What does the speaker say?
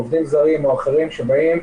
עובדים זרים או אחרים שבאים,